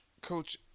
Coach